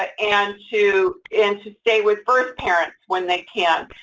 and to and to stay with birth parents when they can.